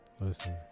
listen